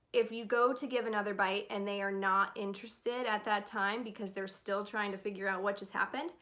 if you go to give another bite and they are not interested at that time because they're still trying to figure out what just happened,